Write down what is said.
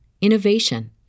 innovation